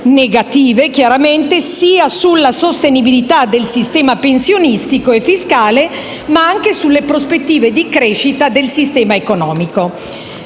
negative sia sulla sostenibilità del sistema pensionistico e fiscale, ma anche sulle prospettive di crescita del sistema economico.